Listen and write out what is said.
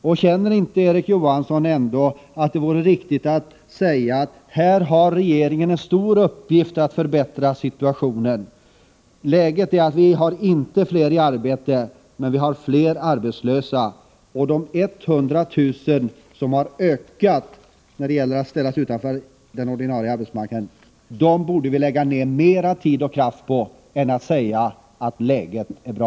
Och vore det ändå inte, Erik Johansson, riktigt att säga att regeringen har en stor uppgift när det gäller att förbättra situationen? Vi har alltså inte fler i arbete, men vi har fler arbetslösa. De 100 000 som antalet människor utanför den ordinarie arbetsmarknaden ytterligare ökat med borde vi lägga ned mera tid och kraft på, i stället för att bara säga att läget är bra.